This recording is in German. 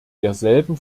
derselben